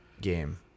game